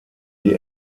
die